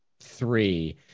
three